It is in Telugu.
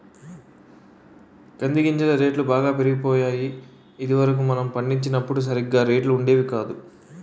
కంది గింజల రేట్లు బాగా పెరిగిపోయాయి ఇది వరకు మనం పండించినప్పుడు సరిగా రేట్లు ఉండేవి కాదు